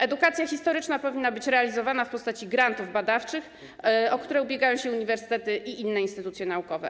Edukacja historyczna powinna być realizowana w postaci grantów badawczych, o które ubiegają się uniwersytety i inne instytucje naukowe.